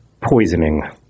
Poisoning